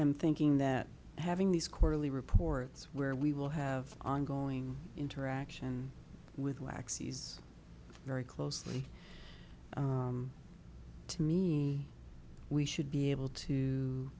am thinking that having these quarterly reports where we will have ongoing interaction with lax he's very closely to me we should be able to